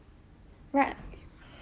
right